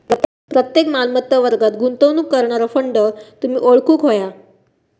प्रत्येक मालमत्ता वर्गात गुंतवणूक करणारा फंड तुम्ही ओळखूक व्हया